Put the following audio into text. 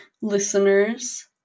listeners